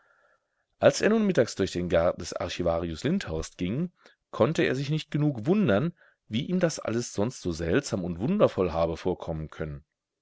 als er nun mittags durch den garten des archivarius lindhorst ging konnte er sich nicht genug wundern wie ihm das alles sonst so seltsam und wundervoll habe vorkommen können